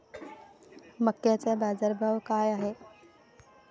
मक्याचा बाजारभाव काय हाय?